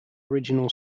original